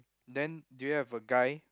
then do you have a guy